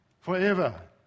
forever